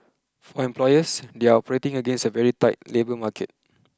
for employers they are operating against a very tight labour market